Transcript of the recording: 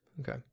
Okay